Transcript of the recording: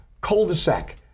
cul-de-sac